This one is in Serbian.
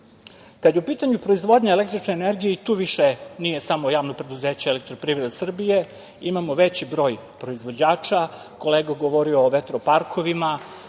je u pitanju proizvodnja električne energije i tu više nije samo javno preduzeće EPS, imamo veći broj proizvođača. Kolega je govorio o vetro-parkovima